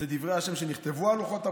אלו דברי השם שנכתבו על לוחות הברית,